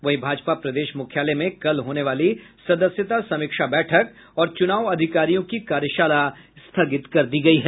वहीं भाजपा प्रदेश मुख्यालय में कल होने वाली सदस्यता समीक्षा बैठक और चुनाव अधिकारियों की कार्यशाला स्थगित कर दी गयी है